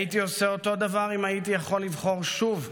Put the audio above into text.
הייתי עושה אותו דבר אם הייתי יכול לבחור שוב,